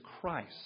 Christ